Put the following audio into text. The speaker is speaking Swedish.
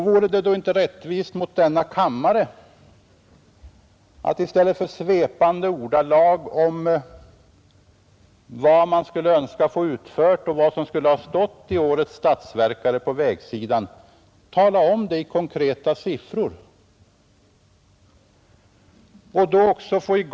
Vore det då inte rättvist mot denna kammare att i stället för svepande ordalag om vad man skulle önska få utfört och vad som skulle ha stått i årets statsverksproposition på vägsidan tala om vad detta skulle kosta i konkreta siffror.